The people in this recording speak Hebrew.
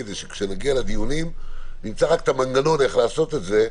כדי שכשנגיע לדיונים נמצא רק את המנגנון איך לעשות את זה,